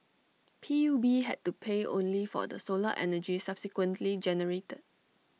P U B had to pay only for the solar energy subsequently generated